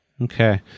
Okay